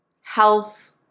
health